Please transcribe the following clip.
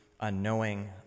unknowing